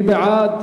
מי בעד?